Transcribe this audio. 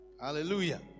Hallelujah